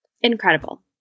incredible